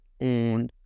own